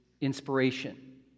inspiration